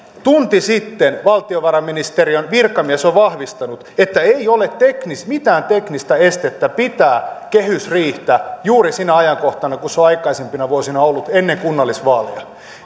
tunti sitten valtiovarainministeriön virkamies on vahvistanut että ei ole mitään teknistä estettä pitää kehysriihtä juuri sinä ajankohtana kuin se on aikaisempina vuosina ollut ennen kunnallisvaaleja